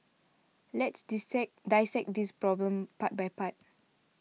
let's dissect this problem part by part